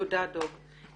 תודה, דב.